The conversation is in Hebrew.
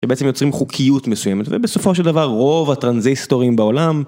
שבעצם יוצרים חוקיות מסוימת, ובסופו של דבר רוב הטרנזיסטורים בעולם